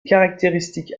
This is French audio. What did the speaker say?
caractéristiques